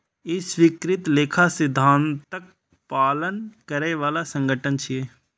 ई स्वीकृत लेखा सिद्धांतक पालन करै बला संगठन छियै